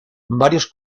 varios